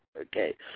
Okay